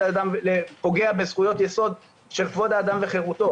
שפוגע בזכויות יסוד של כבוד האדם וחירותו?